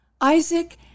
Isaac